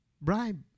bribe